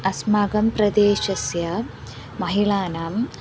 अस्माकं प्रदेशस्यमहिलानां